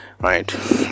right